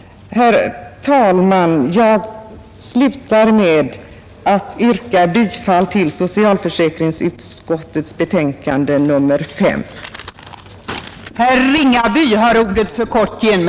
Fru talman! Jag yrkar bifall till socialförsäkringsutskottets hemställan i dess betänkande nr 5.